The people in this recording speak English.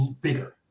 bigger